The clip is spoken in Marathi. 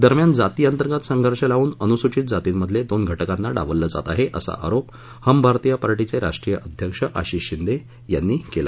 दरम्यान जाती अंतर्गत संघर्ष लावून अनुसूचित जातीमधील दोन घटकाना डावलल जात आहे असा आरोप हम भारतीय पार्टीचे राष्ट्रीय अध्यक्ष आशिष शिंदे यांनी केला